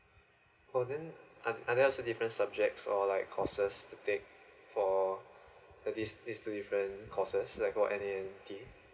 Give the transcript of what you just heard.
oh then oth~ others different subjects or like courses to take for uh this this two different courses like or any N_T